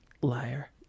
liar